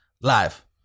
live